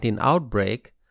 outbreak